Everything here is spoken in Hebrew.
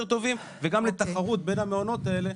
טובים וגם לתחרות בין המעונות האלה,